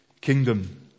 kingdom